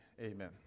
Amen